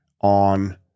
on